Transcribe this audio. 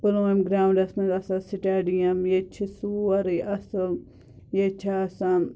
Pulwama grounds منٛز آسان stadium ییٚتہِ چھُ سورُے اصٕل ییٚتہِ چھِ آسان